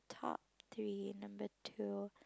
taught three number two